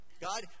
God